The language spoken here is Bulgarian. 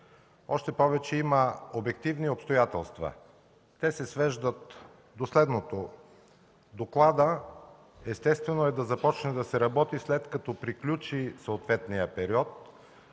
Още повече, има обективни обстоятелства. Те се свеждат до следното. Естествено е докладът да започне да се работи, след като приключи съответният период,